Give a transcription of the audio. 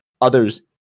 others